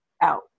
out